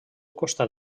costat